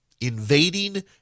invading